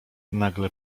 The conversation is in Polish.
nagle